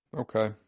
Okay